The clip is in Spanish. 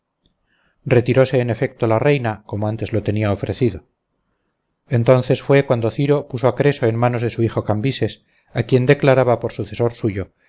retiróse en efecto la reina como antes lo tenía ofrecido entonces fue cuando ciro puso a creso en manos de su hijo cambises a quien declaraba por sucesor suyo